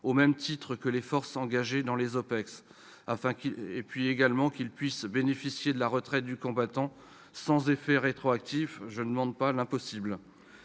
au même titre que les forces engagées dans les OPEX, et qu'ils puissent ainsi bénéficier de la retraite du combattant, sans effet rétroactif- je ne demande pas l'impossible